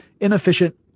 inefficient